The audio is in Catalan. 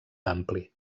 ampli